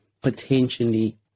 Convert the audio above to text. potentially